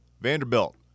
Vanderbilt